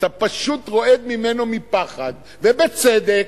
אתה פשוט רועד ממנו מפחד, ובצדק.